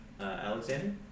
alexander